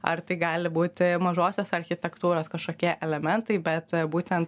ar tai gali būti mažosios architektūros kažkokie elementai bet e būtent